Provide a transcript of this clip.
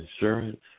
insurance